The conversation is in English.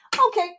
Okay